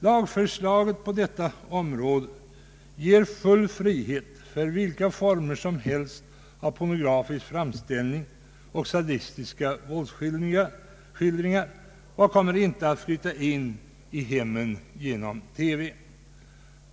Lagförslaget på detta område ger full frihet för vilka former som helst av pornografisk framställning och sadistiska våldsskildringar. Vad kommer inte att flytta in i hemmen via TV!